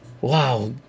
Wow